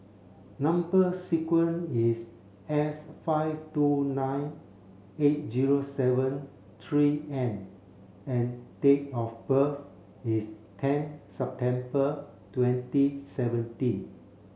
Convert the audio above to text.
number sequence is S five two nine eight zero seven three N and date of birth is ten September twenty seventeen